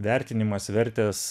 vertinimas vertės